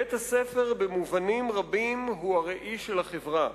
בית-הספר, במובנים רבים, הוא ראי של החברה.